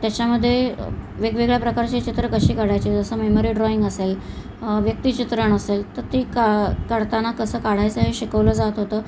त्याच्यामध्ये वेगवेगळ्या प्रकारचे चित्र कसे काढायचे जसं मेमरी ड्रॉईंग असेल व्यक्तिचित्रण असेल तर ती का काढताना कसं काढायचं हे शिकवलं जात होतं